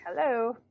hello